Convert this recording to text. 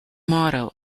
motto